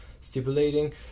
stipulating